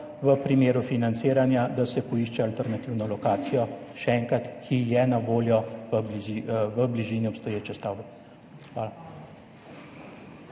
v primeru financiranja, da se poišče alternativno lokacijo, še enkrat, ki je na voljo v bližini obstoječe stavbe. Hvala.